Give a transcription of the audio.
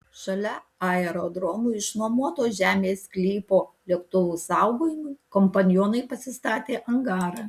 šalia aerodromui išnuomoto žemės sklypo lėktuvų saugojimui kompanionai pasistatė angarą